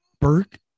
Burke